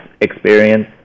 experience